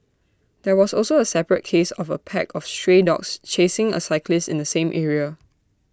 there was also A separate case of A pack of stray dogs chasing A cyclist in the same area